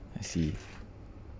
I see